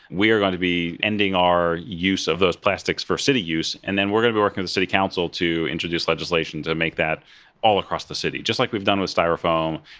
we're going to be ending our use of those plastics for city use, and then we're going to work with and the city council to introduce legislation to make that all across the city, just like we've done with styrofoam.